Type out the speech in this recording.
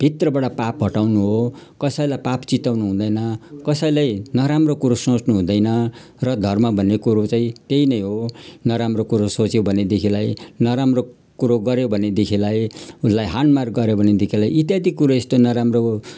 भित्रबाट पाप हटाउनु हो कसैलाई पाप चिताउनु हुँदैन कसैलाई नराम्रो कुरो सोच्नु हुँदैन र धर्म भन्ने कुरो चाहिँ त्यही नै हो नराम्रो कुरो सोच्यो भनेदेखिलाई नराम्रो कुरो गर्यो भनेदेखिलाई उसलाई हानमार गर्यो भनेदेखिलाई इत्यादि कुरो यस्तो नराम्रो